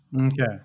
okay